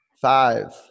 Five